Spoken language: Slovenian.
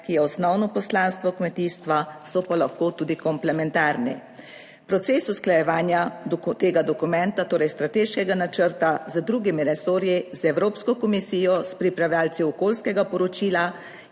ki je osnovno poslanstvo kmetijstva, so pa lahko tudi komplementarni. Proces usklajevanja tega dokumenta, torej strateškega načrta z drugimi resorji, z Evropsko komisijo, s pripravljavci okoljskega poročila